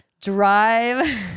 drive